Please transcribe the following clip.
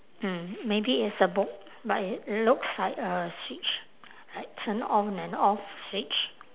mm maybe it's a book but i~ it looks like a switch like turn on and off switch